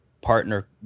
partner